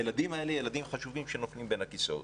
הילדים האלה הם ילדים חשובים שנופלים בין הכיסאות.